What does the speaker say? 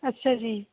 ਅੱਛਾ ਜੀ